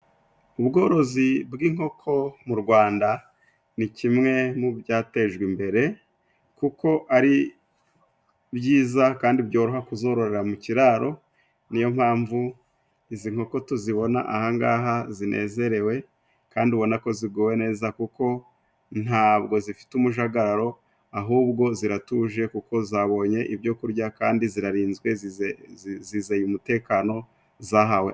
Ubworozi bw'inkoko mu Rwanda, ni kimwe mu byatejwe imbere kuko ari byiza kandi byoroha kuzorora mu kiraro, ni yo mpamvu izi nkoko tuzibona aha ngaha zinezerewe, kandi ubona ko ziguwe neza kuko ntabwo zifite umujagararo, ahubwo ziratuje kuko zabonye ibyo kurya kandi zirarinzwe, zizeye umutekano zahawe....